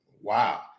wow